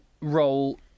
role